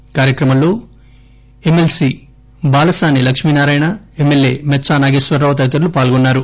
ఈ కార్యక్రమంలో MLC Balasani Lakshmi Narayana MLA Mecha Nageswararao తదితరులు పాల్గొన్నారు